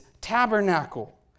tabernacle